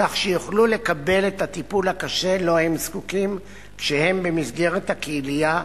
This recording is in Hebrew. כך שיוכלו לקבל את הטיפול הקשה שלו הם זקוקים כשהם במסגרת הקהילה,